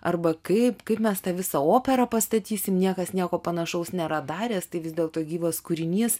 arba kaip kad mes tą visą operą pastatysim niekas nieko panašaus nėra daręs tai vis dėlto gyvas kūrinys